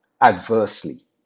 adversely